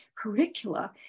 curricula